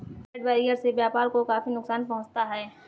trade barrier से व्यापार को काफी नुकसान पहुंचता है